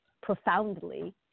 profoundly